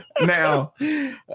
Now